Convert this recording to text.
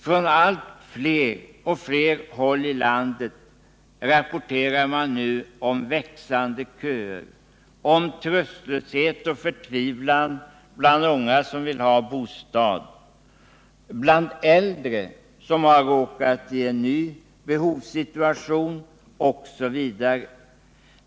Från allt fler håll i landet rapporteras om växande köer, om tröstlöshet och förtvivlan bland unga som vill ha bostad, bland äldre som råkat i en ny behovssituation osv.